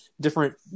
different